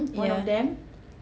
yeah